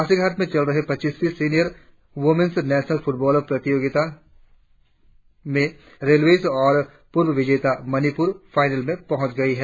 पासीघाट में चल रहे पच्चीसवीं सीनियर वुमेन्स नेशनल फुटबॉल प्रतियोगिता में रेलवेस और पूर्व विजेता मणिपूर फाईनल में पहुंच गई है